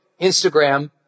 Instagram